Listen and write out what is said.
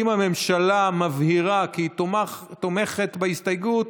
אם הממשלה מבהירה כי היא תומכת בהסתייגות,